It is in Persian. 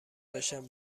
داشتم